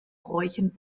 bräuchen